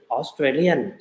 Australian